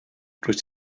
rwyt